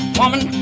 woman